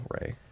Ray